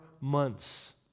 months